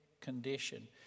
condition